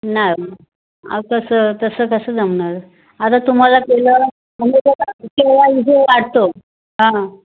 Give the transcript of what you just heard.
नाही हो अहो कसं तसं कसं जमणार आता तुम्हाला केलं मग वाटतो हां